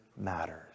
matters